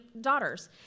daughters